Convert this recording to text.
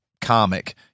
comic